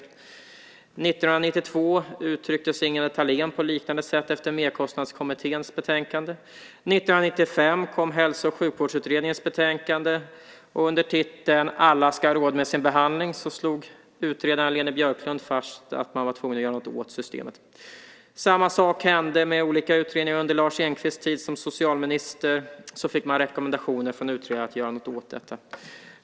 År 1992 uttryckte sig Ingela Thalén på liknande sätt efter Merkostnadskommitténs betänkande. År 1995 kom Hälso och sjukvårdsutredningens betänkande, och under titeln Alla ska ha råd med sin behandling slog utredaren Leni Björklund fast att man var tvungen att göra något åt systemet. Samma sak hände med olika utredningar under Lars Engqvists tid som socialminister. Man fick rekommendationer från utredaren att göra något åt detta.